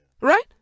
Right